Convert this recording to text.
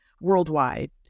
worldwide